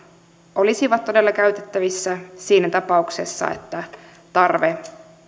olisivat todella käytettävissä siinä tapauksessa että tarve